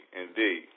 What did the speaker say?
indeed